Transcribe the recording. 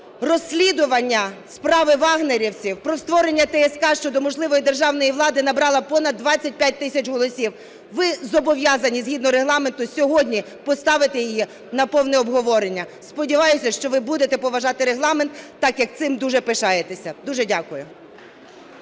розслідування справи "вагнерівців", про створення ТСК щодо можливої державної зради набрала понад 25 тисяч голосів. Ви зобов'язані згідно Регламенту сьогодні поставити її на повне обговорення. Сподіваюся, що ви будете поважати Регламент, так як цим дуже пишаєтеся. Дуже дякую.